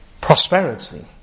prosperity